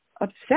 obsessed